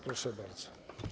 Proszę bardzo.